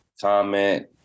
Comment